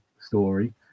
story